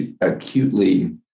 acutely